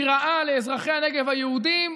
היא רעה לאזרחי הנגב היהודים,